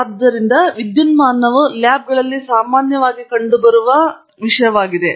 ಆದ್ದರಿಂದ ವಿದ್ಯುನ್ಮಾನವು ಲ್ಯಾಬ್ಗಳಲ್ಲಿ ಸಾಮಾನ್ಯವಾಗಿ ಕಂಡುಬರುವ ಮತ್ತೊಂದು ವಿಷಯವಾಗಿದೆ